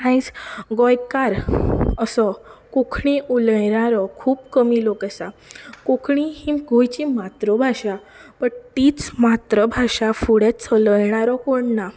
आयज गोंयकार असो कोंकणी उलयणारो खूब कमी लोक आशा कोंकणी ही गोंयची मातृभाशा बट तीच मातृभाशा फुडें चलयणारो कोण ना